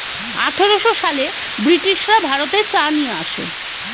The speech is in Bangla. আঠারোশো সালে ব্রিটিশরা ভারতে চা নিয়ে আসে